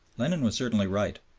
lenin was certainly right.